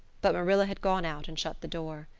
but marilla had gone out and shut the door.